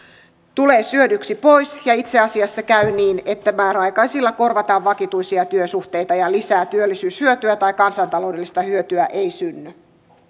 tulee syödyksi pois ja itse asiassa käy niin että määräaikaisilla korvataan vakituisia työsuhteita ja lisää työllisyyshyötyä tai kansantaloudellista hyötyä ei synny